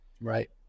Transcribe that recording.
right